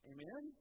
Amen